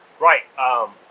Right